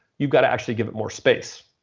you've got to actually give it more space.